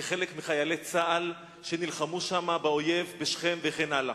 כחלק מחיילי צה"ל שנלחמו שם באויב בשכם וכן הלאה.